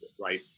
right